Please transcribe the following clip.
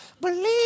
believe